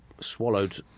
swallowed